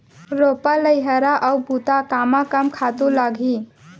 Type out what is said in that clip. रोपा, लइहरा अऊ बुता कामा कम खातू लागही?